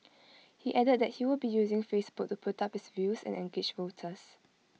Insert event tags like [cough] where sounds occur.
[noise] he added that he will be using Facebook to put up his views and engage voters